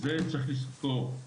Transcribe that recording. צריך לזכור את זה.